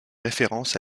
référence